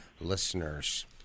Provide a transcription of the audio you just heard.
listeners